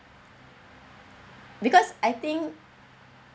because I think